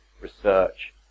research